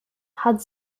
hat